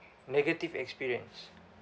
negative experience